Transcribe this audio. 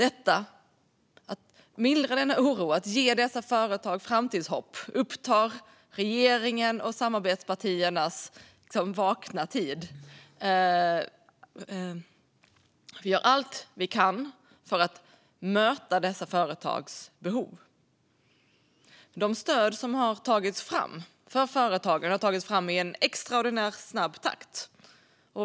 Att mildra denna oro och ge dessa företagare framtidshopp upptar regeringens och samarbetspartiernas vakna tid. Vi gör allt vi kan för att möta dessa företags behov. De stöd som har tagits fram för företagare har tagits fram i en extraordinärt snabb takt.